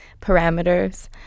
parameters